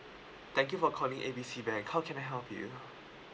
thank you for calling A B C bank how can I help you